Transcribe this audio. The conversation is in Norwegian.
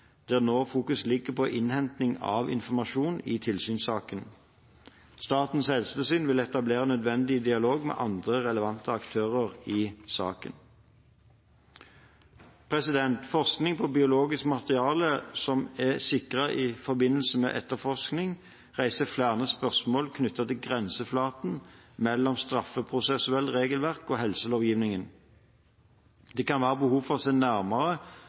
der fokus nå ligger på innhenting av informasjon i tilsynssaken. Statens helsetilsyn vil etablere nødvendig dialog med andre relevante aktører i saken. Forskning på biologisk materiale som er sikret i forbindelse med etterforskning, reiser flere spørsmål knyttet til grenseflaten mellom straffeprosessuelt regelverk og helselovgivningen. Det kan være behov for å se nærmere